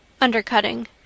Undercutting